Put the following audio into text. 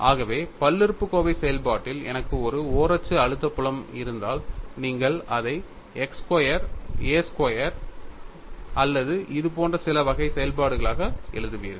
ஆகவே பல்லுறுப்புக்கோவை செயல்பாட்டில் எனக்கு ஒரு ஓரச்சு அழுத்த புலம் இருந்தால் நீங்கள் அதை x square a x square அல்லது இதுபோன்ற சில வகை செயல்பாடுகளாக எழுதுவீர்கள்